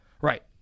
right